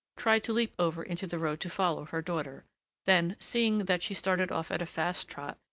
tried to leap over into the road to follow her daughter then, seeing that she started off at a fast trot,